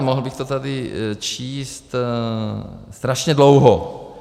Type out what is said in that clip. Mohl bych to tady číst strašně dlouho.